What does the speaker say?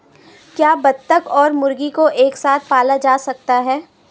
क्या बत्तख और मुर्गी को एक साथ पाला जा सकता है?